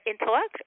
intellect